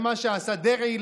וזה מה שעשה דרעי,